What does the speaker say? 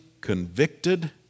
convicted